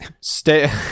stay